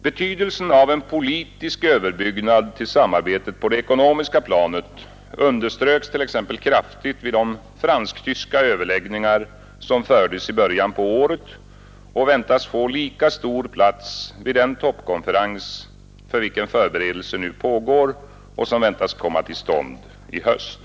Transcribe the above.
Betydelsen av en politisk överbyggnad till samarbetet på det ekonomiska planet underströks t.ex. kraftigt vid de fransk-tyska överläggningar som fördes i början på året och väntas likaså få stor plats vid den toppkonferens för vilken förberedelser nu pågår och som beräknas komma till stånd i höst.